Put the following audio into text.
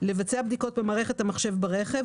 (4)לבצע בדיקות במערכת המחשב ברכב,